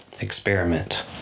experiment